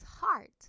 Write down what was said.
heart